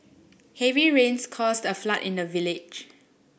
heavy rains caused a flood in the village